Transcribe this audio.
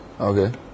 Okay